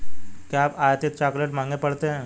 क्या आयातित चॉकलेट महंगे पड़ते हैं?